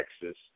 Texas